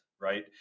right